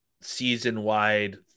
season-wide